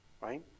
right